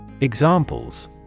Examples